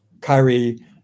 Kyrie